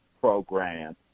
program